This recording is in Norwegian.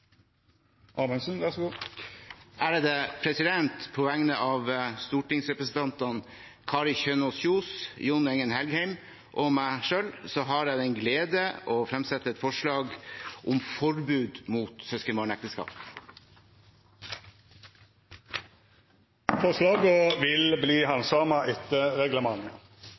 På vegne av stortingsrepresentantene Kari Kjønaas Kjos, Jon Engen-Helgheim og meg selv har jeg den glede å fremsette et forslag om forbud mot søskenbarnekteskap. Forslaga vil verta handsama etter reglementet.